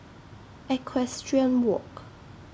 Equestrian Walk